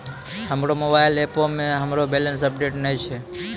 हमरो मोबाइल एपो मे हमरो बैलेंस अपडेट नै छै